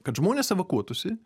kad žmonės evakuotųsi